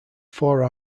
four